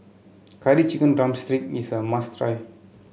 Curry Chicken drumstick is a must try